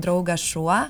draugas šuo